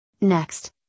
Next